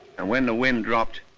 and when the wind dropped,